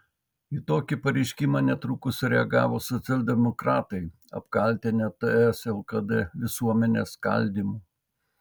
į tokį pareiškimą netrukus sureagavo socialdemokratai apkaltinę ts lkd visuomenės skaldymu